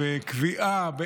וקביעה,